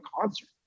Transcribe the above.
concert